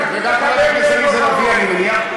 וגם חברת הכנסת עליזה לביא, אני מניח.